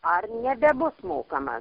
ar nebebus mokama